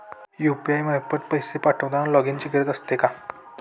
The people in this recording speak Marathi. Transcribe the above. यु.पी.आय मार्फत पैसे पाठवताना लॉगइनची गरज असते का?